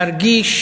להרגיש